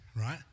right